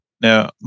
Now